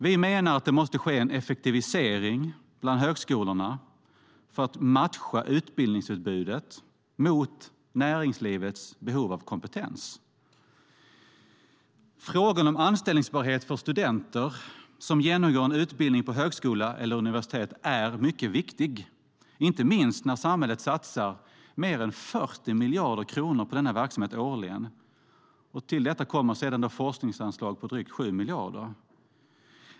Vi menar att det måste ske en effektivisering bland högskolorna för att matcha utbildningsutbudet mot näringslivets behov av kompetens. Frågan om anställbarhet för studenter som genomgår en utbildning på högskola eller universitet är mycket viktig, inte minst med tanke på att samhället satsar mer än 40 miljarder kronor på denna verksamhet årligen. Till detta kommer forskningsanslag på drygt 7 miljarder kronor.